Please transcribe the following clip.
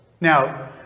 Now